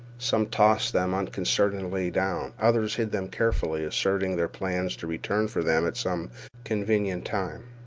some tossed them unconcernedly down others hid them carefully, asserting their plans to return for them at some convenient time.